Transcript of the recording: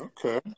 Okay